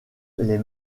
les